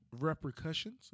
repercussions